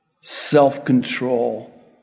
self-control